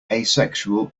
asexual